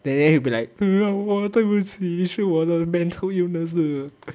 and then he'll be like hmm what time you go and see 我的 mental illness hmm